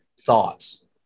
Thoughts